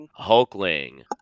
Hulkling